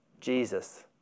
Jesus